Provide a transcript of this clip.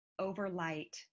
overlight